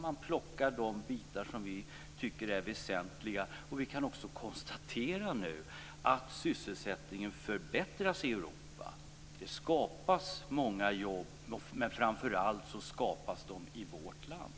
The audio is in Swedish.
Man plockar de bitar som vi tycker är väsentliga. Vi kan också konstatera att sysselsättningen förbättras i Europa. Det skapas många jobb, men framför allt skapas de i vårt land.